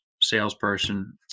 salesperson